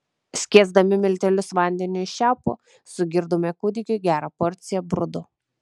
skiesdami miltelius vandeniu iš čiaupo sugirdome kūdikiui gerą porciją brudo